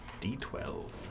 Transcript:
d12